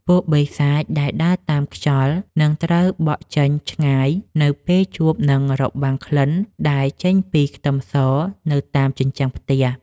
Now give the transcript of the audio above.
ពួកបិសាចដែលដើរតាមខ្យល់នឹងត្រូវបក់ចេញឆ្ងាយនៅពេលជួបនឹងរបាំងក្លិនដែលចេញពីខ្ទឹមសនៅតាមជញ្ជាំងផ្ទះ។